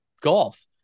golf